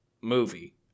movie